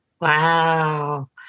Wow